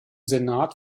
senat